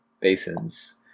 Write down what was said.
basins